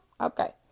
okay